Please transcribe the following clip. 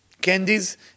candies